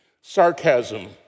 sarcasm